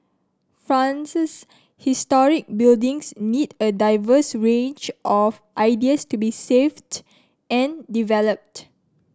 France's historic buildings need a diverse range of ideas to be saved and developed